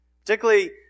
Particularly